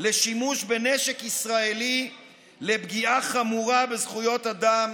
לשימוש בנשק ישראלי לפגיעה חמורה בזכויות אדם,